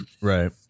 Right